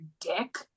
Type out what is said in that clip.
dick